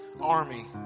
army